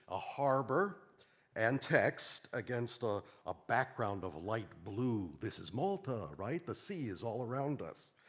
a harbor and text against ah a background of light blue. this is malta, right? the sea is all around us,